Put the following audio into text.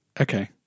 Okay